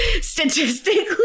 statistically